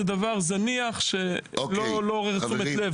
זה דבר זניח שבכלל לא מעורר תשומת לב